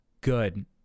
good